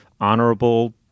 honorable